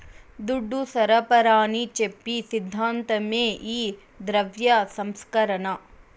దుడ్డు సరఫరాని చెప్పి సిద్ధాంతమే ఈ ద్రవ్య సంస్కరణ